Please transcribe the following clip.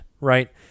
right